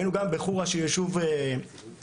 היינו גם בחורה שהוא ישוב מוסדר,